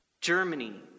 Germany